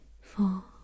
four